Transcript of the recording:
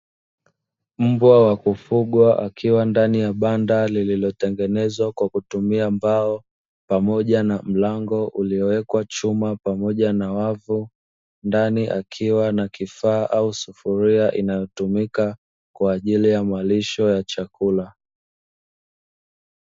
Mbwa wa kufugwa akiwa ndani ya banda lililotengenezwa kwa kutumia mbao, pamoja na mlango uliowekwa chuma pamoja na wavu. Ndani akiwa na kifaa au sufuria inayotumika kwa ajili ya malisho ya chakula.